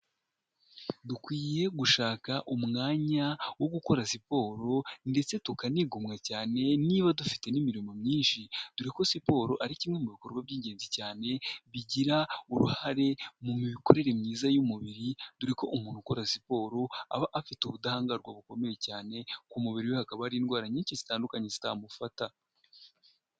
Dukwiye gushaka umwanya wo gukora siporo ndetse tukanigomwa cyane niba dufite n'imirimo myinshi, dore ko siporo ari kimwe mu bikorwa by'ingenzi cyane bigira uruhare mu mikorere myiza y'umubiri, dore ko umuntu ukora siporo aba afite ubudahangarwa bukomeye cyane ku mubiri we hakaba hari indwara nyinshi zitandukanye zitamufata.